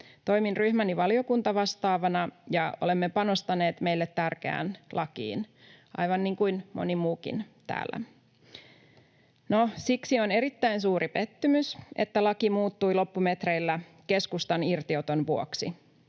Toimin ryhmäni valiokuntavastaavana, ja olemme panostaneet meille tärkeään lakiin — aivan niin kuin moni muukin täällä. No, siksi on erittäin suuri pettymys, että laki muuttui loppumetreillä keskustan irtioton vuoksi.